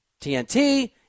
TNT